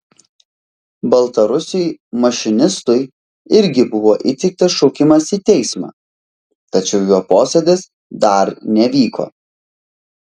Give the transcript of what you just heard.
baltarusiui mašinistui irgi buvo įteiktas šaukimas į teismą tačiau jo posėdis dar nevyko